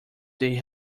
they